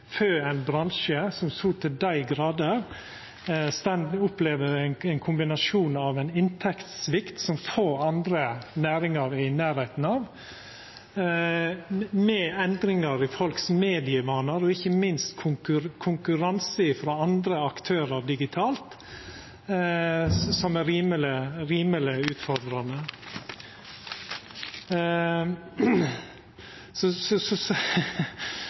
ein bransje som så til dei grader opplever ein kombinasjon av ein inntektssvikt som få andre næringar er i nærleiken av, med endringar i folks medievanar og ikkje minst konkurranse frå andre aktørar digitalt, som er rimeleg utfordrande.